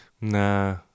Nah